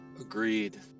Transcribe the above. Agreed